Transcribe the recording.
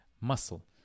muscle